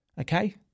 Okay